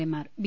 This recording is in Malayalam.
എ മാർ ബി